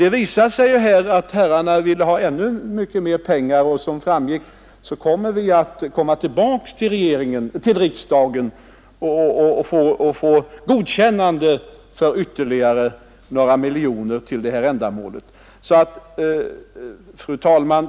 Det visar sig nu att vissa ledamöter vill ha ännu mer pengar, och vi skall från regeringen återkomma till riksdagen för att få godkännande för ytterligare några miljoner till det ändamålet. Fru talman!